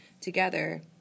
together